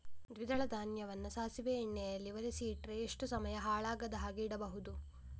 ದ್ವಿದಳ ಧಾನ್ಯವನ್ನ ಸಾಸಿವೆ ಎಣ್ಣೆಯಲ್ಲಿ ಒರಸಿ ಇಟ್ರೆ ಎಷ್ಟು ಸಮಯ ಹಾಳಾಗದ ಹಾಗೆ ಇಡಬಹುದು?